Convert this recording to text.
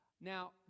Now